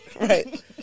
Right